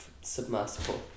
submersible